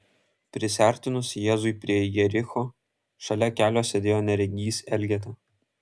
prisiartinus jėzui prie jericho šalia kelio sėdėjo neregys elgeta